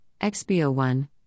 XBO1